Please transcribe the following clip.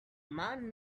man